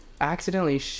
accidentally